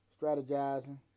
strategizing